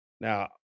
Now